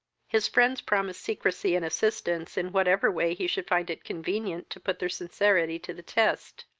his friends promised secresy and assistance in whatever way he should find it convenient to put their sincerity to the test.